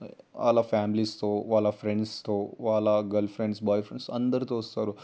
వాళ్ళ ఫ్యామిలీస్తో వాళ్ళ ఫ్రెండ్స్తో వాళ్ళ గర్ల్ ఫ్రెండ్స్ బాయ్ ఫ్రెండ్స్ అందరితో వస్తారు